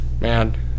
Man